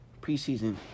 preseason